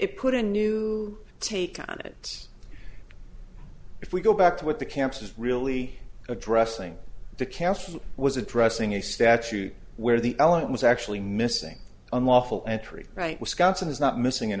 it put a new take on it if we go back to what the camps was really addressing the council was addressing a statute where the element was actually missing unlawful entry right wisconsin is not missing an